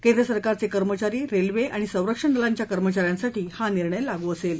केंद्र सरकारचे कर्मचारी रेल्वे आणि संरक्षण दलांच्या कर्मचाऱ्यांसाठी हा निर्णय लागू असेल